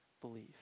believe